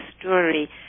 story